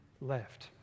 left